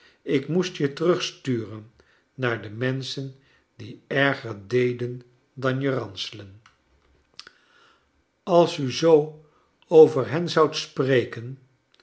ik moest je terug sturen naar de menschen die erger deden dan je ranselen als u zoo over hen zoudt spreken